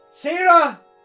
Sarah